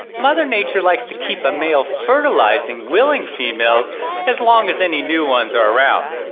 mother nature likes to keep a male fertilizing willing females as long as any new ones are around.